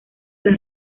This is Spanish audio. las